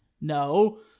No